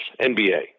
NBA